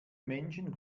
menschen